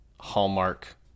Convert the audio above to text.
Hallmark